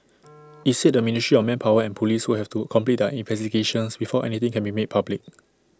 IT said the ministry of manpower and Police would have to complete their investigations before anything can be made public